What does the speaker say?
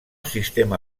sistema